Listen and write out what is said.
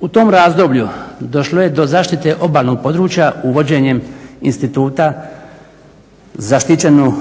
U tom razdoblju došlo je do zaštite obalnog područja uvođenjem Instituta zaštićenog